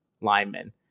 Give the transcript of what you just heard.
linemen